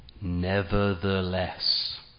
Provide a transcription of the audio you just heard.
Nevertheless